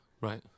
Right